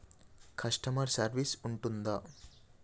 Customer service ఉంటుందా?